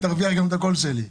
תרוויח גם את הקול שלי.